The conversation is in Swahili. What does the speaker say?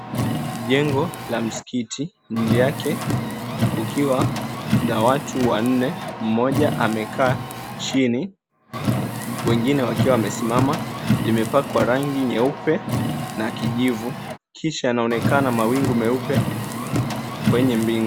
Jengo la msikiti. Nje yake kukiwa na watu wanne; mmoja amekaa chini , wengine wakiwa wamesimama, limepakwa rangi nyeupe na kijivu. Kisha yanaonekana mawingu meupe kwenye mbingu.